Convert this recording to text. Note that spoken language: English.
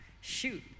Shoot